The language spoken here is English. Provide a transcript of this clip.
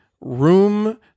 room